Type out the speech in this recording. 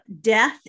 death